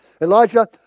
Elijah